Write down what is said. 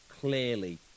clearly